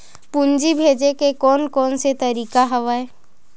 पूंजी भेजे के कोन कोन से तरीका हवय?